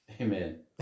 Amen